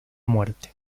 muerte